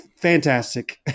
fantastic